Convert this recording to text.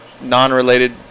non-related